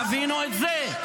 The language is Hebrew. תבינו את זה.